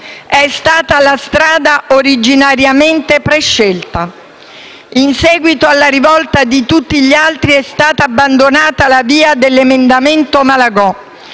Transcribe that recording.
è stata la strada originariamente prescelta. In seguito alla rivolta di tutti gli altri, è stata abbandonata la via del cosiddetto emendamento Malagò,